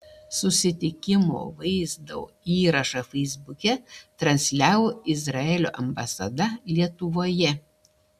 susitikimo vaizdo įrašą feisbuke transliavo izraelio ambasada lietuvoje